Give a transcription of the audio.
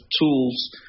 tools